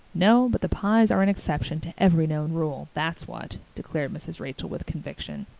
no, but the pyes are an exception to every known rule, that's what, declared mrs. rachel with conviction.